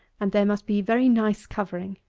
and there must be very nice covering.